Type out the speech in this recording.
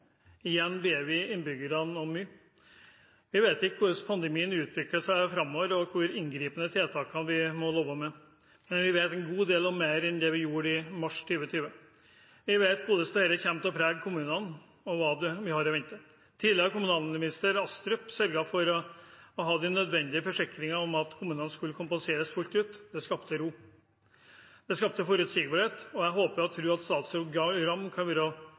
men vi vet en god del mer enn vi gjorde i mars 2020. Jeg vet hvordan dette kommer til å prege kommunene, og hva vi har i vente. Tidligere kommunalminister Astrup sørget for å ha de nødvendige forsikringer om at kommunene skulle kompenseres fullt ut. Det skapte ro, det skapte forutsigbarhet, og jeg håper og tror at statsråd Gram kan